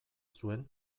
zuen